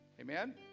Amen